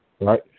Right